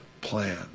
plan